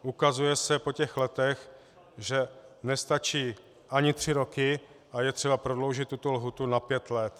Ukazuje se po těch letech, že nestačí ani tři roky a je třeba prodloužit tuto lhůtu na pět let.